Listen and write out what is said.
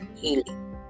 healing